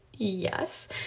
Yes